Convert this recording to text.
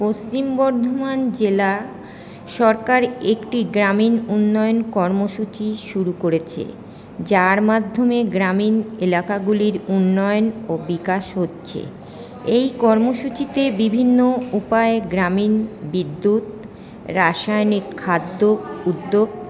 পশ্চিম বর্ধমান জেলা সরকার একটি গ্রামীণ উন্নয়ন কর্মসূচী শুরু করেছে যার মাধ্যমে গ্রামীণ এলাকাগুলির উন্নয়ন ও বিকাশ হচ্ছে এই কর্মসূচীতে বিভিন্ন উপায়ে গ্রামীণ বিদ্যুৎ রাসায়নিক খাদ্য উদ্যোগ